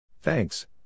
Thanks